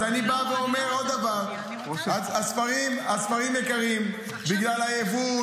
אני בא ואומר עוד דבר: הספרים יקרים בגלל היבוא,